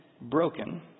broken